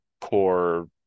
core